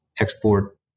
export